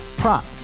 Prop